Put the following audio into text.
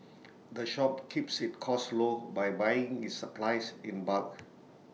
the shop keeps its costs low by buying its supplies in bulk